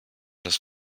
das